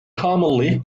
commonly